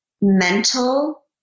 mental